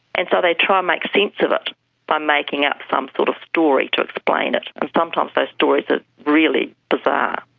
and so they try and make sense of it by making up some sort of story to explain it, and sometimes those stories are really bizarre.